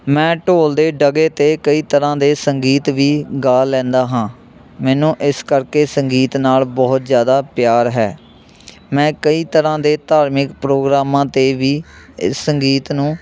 ਮੈਂ ਢੋਲ ਦੇ ਡਗੇ 'ਤੇ ਕਈ ਤਰ੍ਹਾਂ ਦੇ ਸੰਗੀਤ ਵੀ ਗਾ ਲੈਂਦਾ ਹਾਂ ਮੈਨੂੰ ਇਸ ਕਰਕੇ ਸੰਗੀਤ ਨਾਲ਼ ਬਹੁਤ ਜ਼ਿਆਦਾ ਪਿਆਰ ਹੈ ਮੈਂ ਕਈ ਤਰ੍ਹਾਂ ਦੇ ਧਾਰਮਿਕ ਪ੍ਰੋਗਰਾਮਾਂ 'ਤੇ ਵੀ ਸੰਗੀਤ ਨੂੰ